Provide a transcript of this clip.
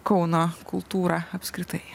kauno kultūrą apskritai